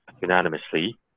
unanimously